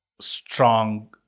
strong